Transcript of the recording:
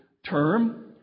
term